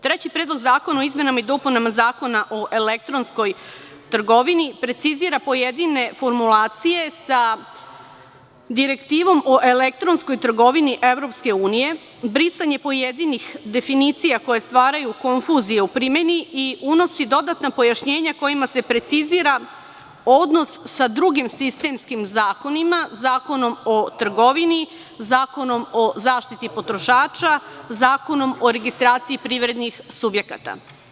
Treći Predlog zakona o izmenama i dopunama Zakona o elektronskoj trgovini precizira pojedine formulacije sa Direktivom o elektronskoj trgovini EU, brisanje pojedinih definicija koje stvaraju konfuziju u primeni i unosi dodatna pojašnjenja kojima se precizira odnos sa drugim sistemskim zakonima, Zakonom o trgovini, Zakonom o zaštiti potrošača, Zakonom o registraciji privrednih subjekata.